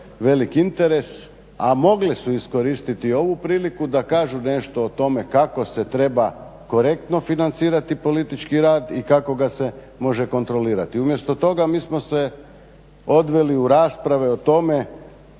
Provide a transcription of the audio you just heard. velik interes, a mogle su iskoristiti ovu priliku da kažu nešto o tome kako se treba korektno financirati politički rad i kako ga se može kontrolirati. Umjesto toga mi smo se odveli u rasprave o tome